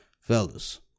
Fellas